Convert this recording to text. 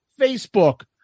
Facebook